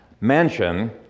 mansion